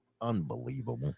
Unbelievable